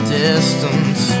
distance